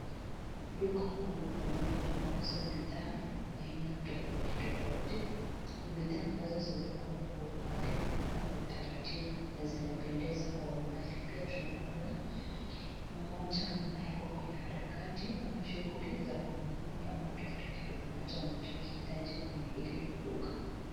Duka kuu ambalo linauza bidhaa aina tofauti tofauti. Ni bidhaa ambazo zimepangwa kwa umaarufu na kwa taratibu na zina pendeza kwa umbali. Pia tunamwona mmoja ambaye ako kwenye harakati ama shughuli za kununua ama kutafuta kitu ambacho anachokihitaji kwenye hili duka.